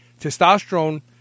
testosterone